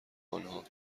آنها